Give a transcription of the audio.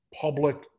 public